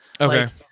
Okay